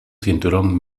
cinturón